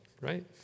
right